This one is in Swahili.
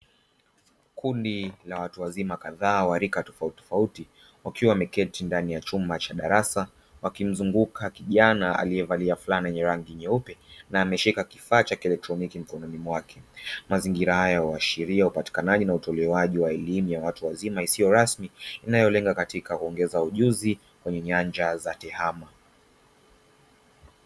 Kundi la watu wazima kadhaa wa rika tofautitofauti, wakiwa wameketi ndani ya chumba cha darasa, wakimzunguka kijana aliyevalia fulana yenye rangi nyeupe na ameshika kifaa cha kielektroniki mkononi mwake; mazingira haya yanaashiria upatikanaji na utolewaji wa elimu ya watu wazima isiyo rasmi; inayolenga katika kuongeza ujuzi kwenye nyanja za tehama.